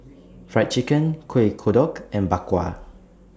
Fried Chicken Kueh Kodok and Bak Kwa